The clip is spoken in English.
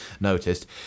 noticed